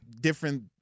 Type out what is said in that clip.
different